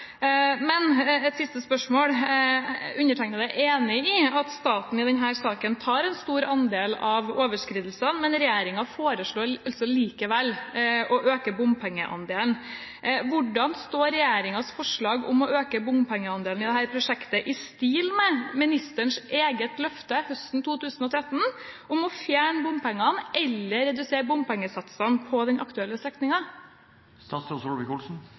Et siste spørsmål: Undertegnede er enig i at staten i denne saken tar en stor andel av overskridelsene, men regjeringen foreslår altså likevel å øke bompengeandelen. Hvordan står regjeringens forslag om å øke bompengeandelen i dette prosjektet i stil med ministerens eget løfte høsten 2013 om å fjerne bompengene eller redusere bompengesatsene på den aktuelle